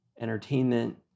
entertainment